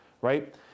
right